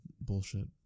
bullshit